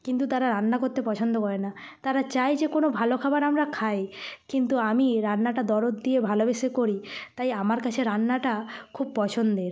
কিন্তু তারা রান্না করতে পছন্দ করে না তারা চায় যে কোনো ভালো খাবার আমরা খাই কিন্তু আমি রান্নাটা দরদ দিয়ে ভালোবেসে করি তাই আমার কাছে রান্নাটা খুব পছন্দের